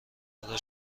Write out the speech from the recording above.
خدا